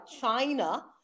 china